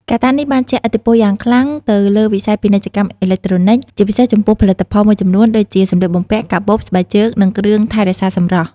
កត្តានេះបានជះឥទ្ធិពលយ៉ាងខ្លាំងទៅលើវិស័យពាណិជ្ជកម្មអេឡិចត្រូនិច ជាពិសេសចំពោះផលិតផលមួយចំនួនដូចជា សម្លៀកបំពាក់ កាបូប ស្បែកជើង និងគ្រឿងថែរក្សាសម្រស់។